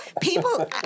people